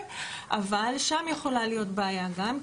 אבל שם יכולה להיות בעיה גם,